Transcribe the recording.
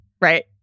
right